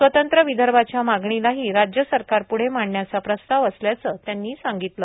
स्वतंत्र विदर्भाच्या मागणीलाही राज्य सरकारप्रदे मांडण्याचा प्रस्ताव असल्याचं त्यांनी सांगितलं